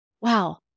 wow